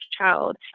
child